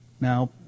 now